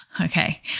okay